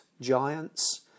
giants